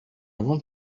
want